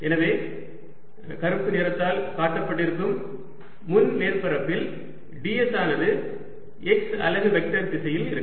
எனவே கருப்பு நிறத்தால் காட்டப்பட்டிருக்கும் முன் மேற்பரப்பில் ds ஆனது x அலகு வெக்டர் திசையில் இருக்கும்